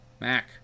Mac